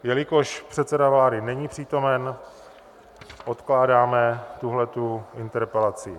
Jelikož předseda vlády není přítomen, odkládáme tuto interpelaci.